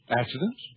Accidents